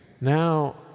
now